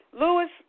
Lewis